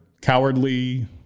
cowardly